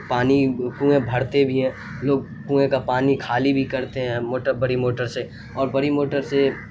پانی کنویں بھی ہیں لوگ کنویں کا پانی خالی بھی کرتے ہیں موٹر بڑی موٹر سے اور بڑی موٹر سے